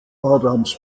adams